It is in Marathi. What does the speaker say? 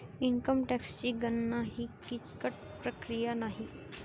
इन्कम टॅक्सची गणना ही किचकट प्रक्रिया नाही